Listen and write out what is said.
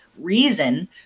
reason